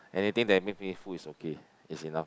anything that make me full is okay is enough